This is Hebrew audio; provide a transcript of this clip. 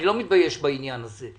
אני לא מתבייש בעניין הזה.